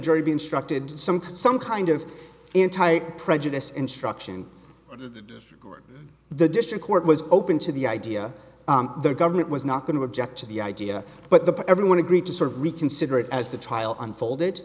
be instructed some some kind of entire prejudice instruction the district court was open to the idea the government was not going to object to the idea but the everyone agreed to sort of reconsider it as the trial unfolded